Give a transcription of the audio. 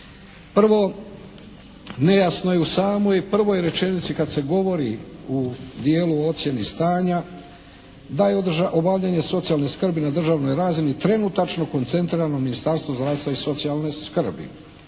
Prvo. Nejasno je u samoj prvoj rečenici kad se govori u djelu o ocjeni stanja da je obavljanje socijalne skrbi na državnoj razini trenutačno koncentrirano na Ministarstvo zdravstva i socijalne skrbi.